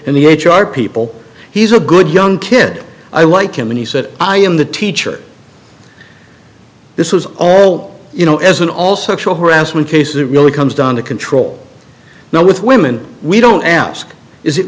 in the h r people he's a good young kid i like him and he said i am the teacher this is all you know as in all such a harassment case it really comes down to control now with women we don't ask is it